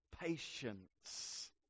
patience